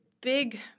big